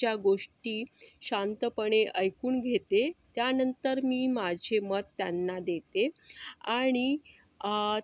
च्या गोष्टी शांतपणे ऐकून घेते त्यानंतर मी माझे मत त्यांना देते आणि